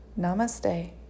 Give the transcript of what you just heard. Namaste